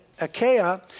Achaia